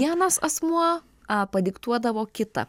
vienas asmuo padiktuodavo kitą